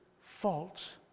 false